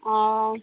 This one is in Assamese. অঁ